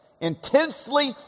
intensely